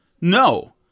no